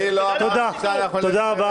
אני לא אמרתי שנלך עם מרצ.